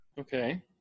Okay